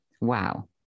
Wow